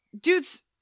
dude's